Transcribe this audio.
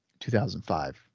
2005